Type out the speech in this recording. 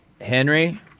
Henry